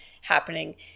happening